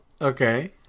Okay